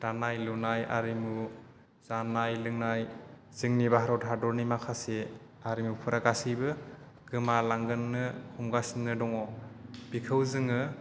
दानाय लुनाय आरिमु जानाय लोंनाय जोंनि भारत हादरनि माखासे हारिमुफोरा गासिबो गोमालांजोबनो हमगासिनो दङ बिखौ जोङो